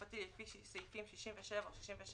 (6) הוא הגיש דוח תקופתי לפי סעיפים 67 או 67א,